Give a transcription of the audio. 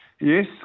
Yes